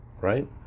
right